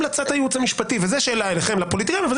זו שאלה אליכם, לפוליטיקאים.